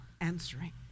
answering